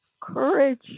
courage